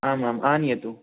आम् आम् आनयतु